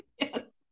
Yes